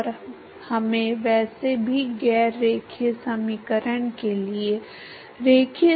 तो वह पूर्णांक 0 से L 1 बटा L tau में dx को rho u अनंत वर्ग से 2 से विभाजित किया जाएगा